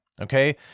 Okay